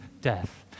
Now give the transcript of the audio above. death